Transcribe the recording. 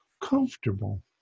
comfortable